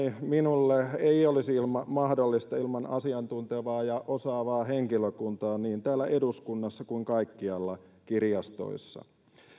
minulle ei tietysti olisi mahdollista ilman asiantuntevaa ja osaavaa henkilökuntaa niin täällä eduskunnassa kuin kaikkialla kirjastoissa